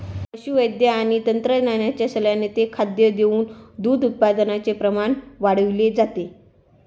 पशुवैद्यक आणि तज्ञांच्या सल्ल्याने ते खाद्य देऊन दूध उत्पादनाचे प्रमाण वाढवले जाते